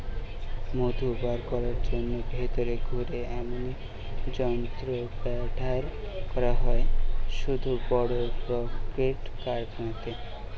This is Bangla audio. মধু বার কোরার জন্যে ভিতরে ঘুরে এমনি যন্ত্র ব্যাভার করা হয় শুধু বড় রক্মের কারখানাতে